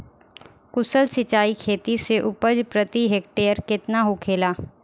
कुशल सिंचाई खेती से उपज प्रति हेक्टेयर केतना होखेला?